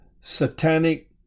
satanic